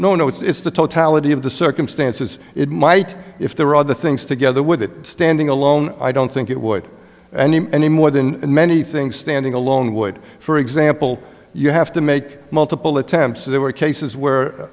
of the circumstances it might if there were other things together with it standing alone i don't think it would any more than many things standing alone would for example you have to make multiple attempts there were cases where